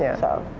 yeah so,